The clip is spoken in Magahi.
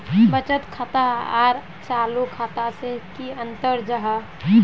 बचत खाता आर चालू खाता से की अंतर जाहा?